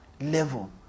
Level